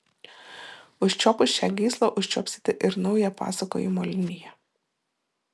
užčiuopus šią gyslą užčiuopsite ir naują pasakojimo liniją